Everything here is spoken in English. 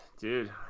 Dude